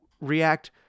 react